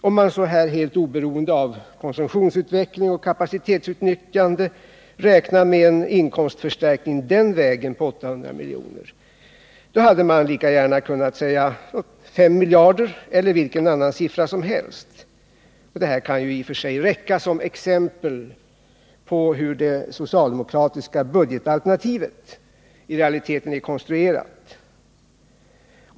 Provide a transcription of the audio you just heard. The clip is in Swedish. Om man så här helt oberoende av konsumtionsutveckling och kapacitetsutnyttjande räknar med en inkomstförstärkning på 800 milj.kr. den vägen, hade man lika gärna kunnat säga 5 miljarder eller vilken annan siffra som helst. Det här kan i och för sig räcka som exempel på hur det socialdemokratiska budgetalternativet i realiteten är konstruerat.